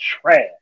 trash